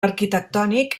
arquitectònic